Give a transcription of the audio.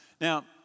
Now